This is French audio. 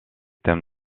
thèmes